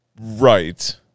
Right